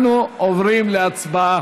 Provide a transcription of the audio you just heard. אנחנו עוברים להצבעה.